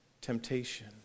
temptation